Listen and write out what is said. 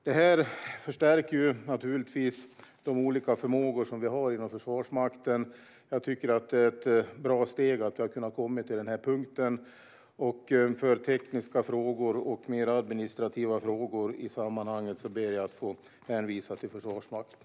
Detta förstärker naturligtvis de olika förmågor som vi har inom Försvarsmakten. Jag tycker att det är ett bra steg att vi har kunnat komma till den här punkten. För tekniska och mer administrativa frågor i sammanhanget ber jag att få hänvisa till Försvarsmakten.